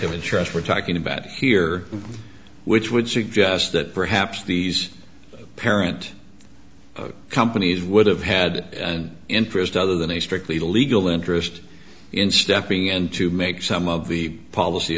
of insurance we're talking about here which would suggest that perhaps these parent companies would have had an interest other than a strictly legal interest in stepping in to make some of the policy